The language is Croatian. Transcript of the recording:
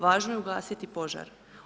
Važno je ugasiti požar.